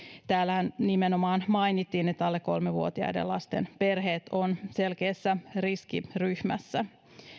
täällähän nimenomaan mainittiin että alle kolme vuotiaiden lasten perheet ovat selkeässä riskiryhmässä